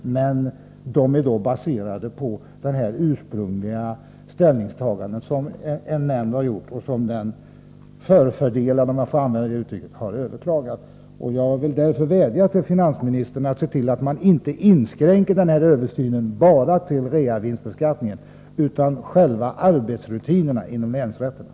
Dessa senare taxeringar är då baserade på det ursprungliga ställningstagande som en nämnd har gjort och som den förfördelade — om jag får använda det uttrycket — har överklagat. översynen till att bara gälla realisationsvinstbeskattningen utan den bör också omfatta själva arbetsrutinerna inom länsrätterna.